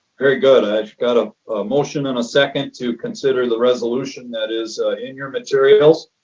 very good. i've got a motion and a second to consider the resolution that is in your materials.